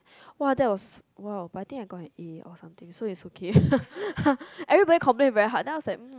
!wah! that was !wow! but I think I got an A or something so it was okay everybody complain it very hard then I was like mm